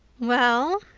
well?